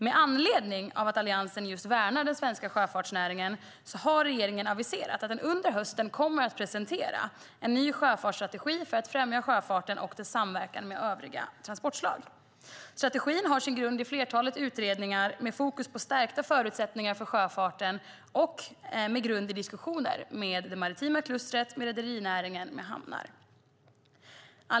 Med anledning av att Alliansen just värnar den svenska sjöfartsnäringen har regeringen aviserat att den under hösten kommer att presentera en ny sjöfartsstrategi för att främja sjöfarten och dess samverkan med övriga transportslag. Strategin har sin grund i flertalet utredningar med fokus på stärkta förutsättningar för sjöfarten och i diskussioner med det maritima klustret, med rederinäringen och med hamnar.